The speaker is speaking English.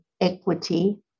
equity